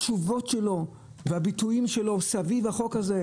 התשובות שלו והביטויים שלו סביב החוק הזה,